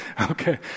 Okay